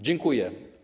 Dziękuję.